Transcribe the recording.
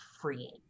freeing